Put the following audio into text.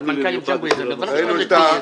באתי במיוחד בשביל הנושא הזה.